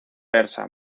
persa